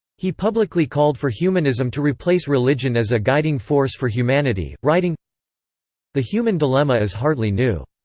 he publicly called for humanism to replace religion as a guiding force for humanity, writing the human dilemma is hardly new.